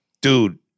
dude